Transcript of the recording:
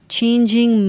Changing